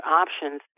options